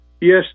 yes